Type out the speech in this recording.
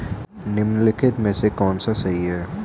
निम्नलिखित में से कौन सा सही है?